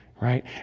right